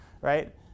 right